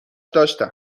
داشتم